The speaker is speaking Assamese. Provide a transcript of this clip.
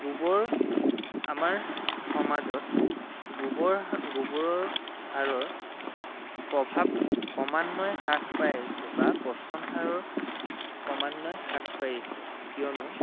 গোবৰ আমাৰ সমাজত গোবৰ গোবৰৰ সাৰৰ প্ৰভাৱ ক্ৰমান্বয়ে হ্ৰাস পাই আহিছে বা পচন সাৰৰ ক্ৰমান্বয়ে হ্ৰাস পাই আহিছে কিয়নো